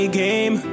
game